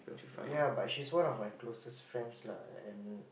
ya but she's one of my closest friends lah and